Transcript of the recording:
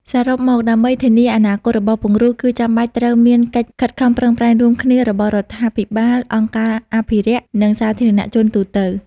សរុបមកដើម្បីធានាអនាគតរបស់ពង្រូល គឺចាំបាច់ត្រូវមានកិច្ចខិតខំប្រឹងប្រែងរួមគ្នារបស់រដ្ឋាភិបាល អង្គការអភិរក្ស និងសាធារណជនទូទៅ។